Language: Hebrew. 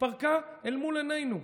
התפרקה אל מול עינינו,